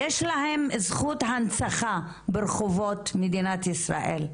יש להן זכות הנצחה ברחובות מדינת ישראל.